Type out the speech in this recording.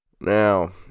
Now